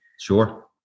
Sure